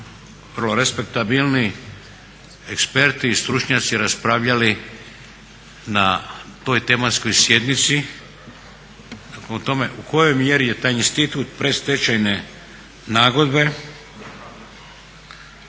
vrlo respektabilni eksperti i stručnjaci raspravljali na toj tematskoj sjednici o tome u kojoj mjeri je taj institut predstečajne nagodbe